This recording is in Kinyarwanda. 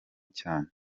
cyane